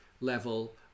level